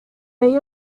ello